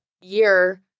year